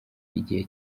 igihe